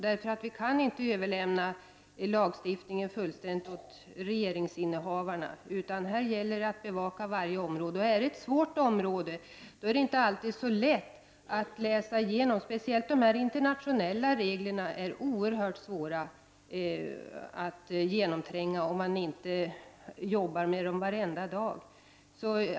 Vi kan inte fullständigt överlämna lagstiftningen åt regeringsinnehavarna. Här gäller det att bevaka varje område. Är det ett svårt område, är det inte alltid så lätt att läsa igenom lagtexterna. Speciellt de internationella reglerna är oerhört svåra att genomtränga, om man inte jobbar med dem varje dag.